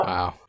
Wow